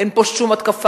אין פה שום התקפה,